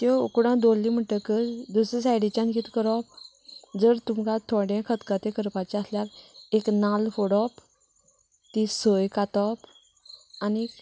त्यो उकडूंक दवरली म्हणटकच दुसरें सायडीच्यान कितें करप जर तुमकां थोडे खतखतें करपाचे आसल्यार एक नाल्ल फोडप ती सोय कातप आनी